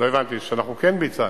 לא הבנתי, שאנחנו כן ביצענו.